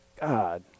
God